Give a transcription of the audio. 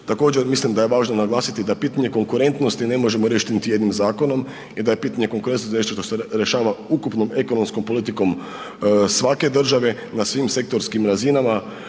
također mislim da je važno naglasiti da pitanje konkurentnosti ne možemo riješiti niti jednim zakonom i da je pitanje konkurentnosti nešto što se rješava ukupnom ekonomskom politikom svake države, na svim sektorskim razinama,